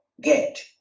get